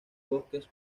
bosques